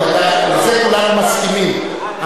לזה כולנו מסכימים,